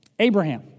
Abraham